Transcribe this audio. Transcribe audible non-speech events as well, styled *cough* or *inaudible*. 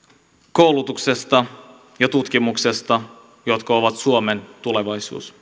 koulutuksesta ja tutkimuksesta jotka ovat suomen tulevaisuus *unintelligible*